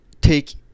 take